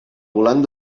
volant